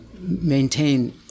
maintain